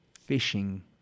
Fishing